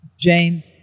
Jane